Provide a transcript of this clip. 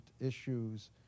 issues